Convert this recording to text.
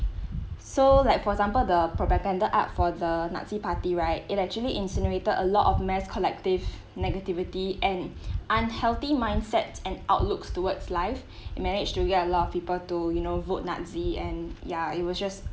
so like for example the propaganda art for the nazi party right it actually insinuated a lot of mass collective negativity and unhealthy mindset and outlook towards life he managed to get a lot of people to you know vote nazi and yeah it was jsut